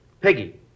Peggy